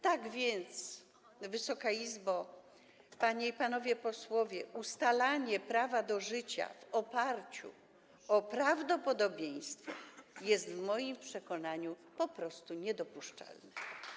Tak więc, Wysoka Izbo, panie i panowie posłowie, ustalanie prawa do życia w oparciu o prawdopodobieństwo jest w moim przekonaniu po prostu niedopuszczalne.